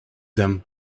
them